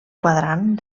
quadrant